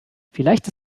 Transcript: vielleicht